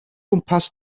gwmpas